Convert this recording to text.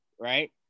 right